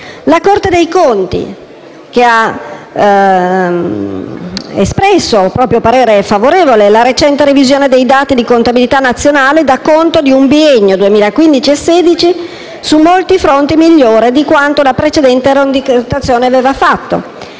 La Corte dei conti, che ha espresso parere favorevole sulla recente revisione dei dati di contabilità nazionale, dà conto di un biennio 2015-2016 su molti fronti migliore rispetto alla precedente rendicontazione.